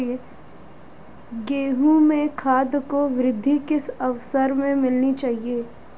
गेहूँ में खाद को वृद्धि की किस अवस्था में मिलाना चाहिए?